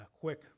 quick